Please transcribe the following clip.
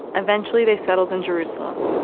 eventually they settled in jerusalem.